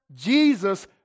Jesus